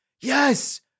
Yes